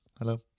Hello